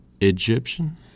Egyptian